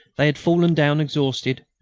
they had fallen down exhausted,